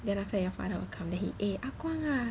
then after that your father will come then he eh ah guang ah